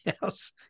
house